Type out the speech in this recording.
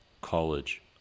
college